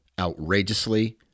outrageously